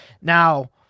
Now